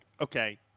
Okay